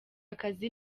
akazi